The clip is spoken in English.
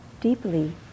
deeply